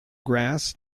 grass